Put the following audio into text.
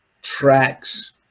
tracks